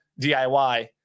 DIY